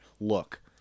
look